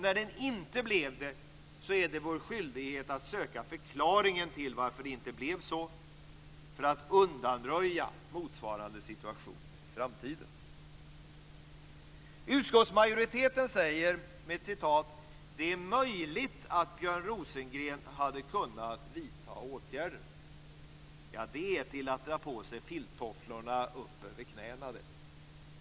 När den inte blev det är det vår skyldighet att söka förklaringen till att det inte blev så, för att undanröja risken för en motsvarande situation i framtiden. Utskottsmajoriteten säger: "Det är möjligt att Björn Rosengren - hade kunnat vidta åtgärder -." Det är som att dra på sig filttofflorna ända upp över knäna.